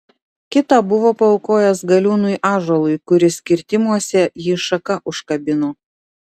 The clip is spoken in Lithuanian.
kitą buvo paaukojęs galiūnui ąžuolui kuris kirtimuose jį šaka užkabino